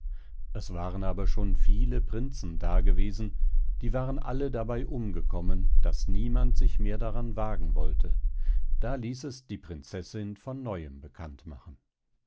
es waren aber schon viele prinzen da gewesen die waren alle dabei umgekommen daß niemand sich mehr daran wagen wollte da ließ es die prinzessin von neuem bekannt machen